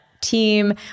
team